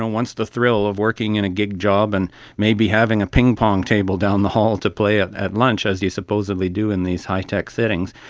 once the thrill of working in a gig job and maybe having a ping-pong table down the hall to play at at lunch, as you supposedly do in these high-tech settings,